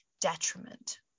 detriment